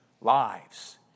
lives